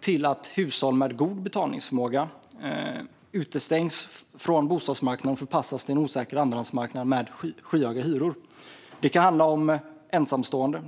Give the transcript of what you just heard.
till att hushåll med god betalningsförmåga utestängs från bostadsmarknaden och förpassas till en osäker andrahandsmarknad med skyhöga hyror. Det kan handla om ensamstående.